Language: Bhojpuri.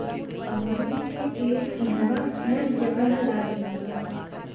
अमरूद के पेड़ इहवां हर जगह लाग जाला